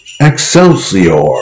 Excelsior